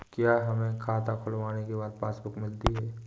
क्या हमें खाता खुलवाने के बाद पासबुक मिलती है?